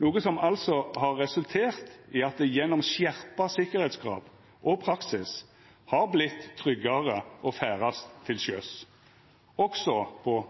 noko som altså har resultert i at det gjennom skjerpa sikkerheitskrav og praksis har vorte tryggare å ferdast til sjøs, også på